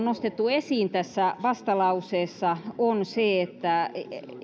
nostettu esiin tässä vastalauseessa on se että